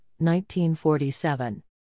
1947